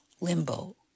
limbo